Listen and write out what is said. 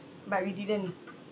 but we didn't